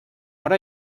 hora